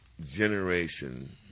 generation